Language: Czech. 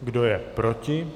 Kdo je proti?